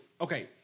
okay